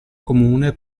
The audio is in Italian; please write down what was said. comune